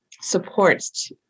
supports